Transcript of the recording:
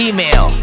Email